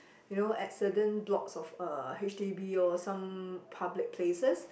you know at certain blocks of uh H_D_B or some public places